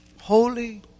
Holy